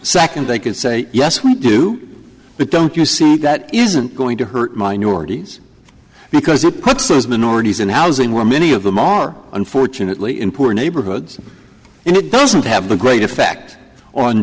second they can say yes we do but don't you see that isn't going to hurt minorities because it puts minorities in housing where many of them are unfortunately in poor neighborhoods and it doesn't have the great effect on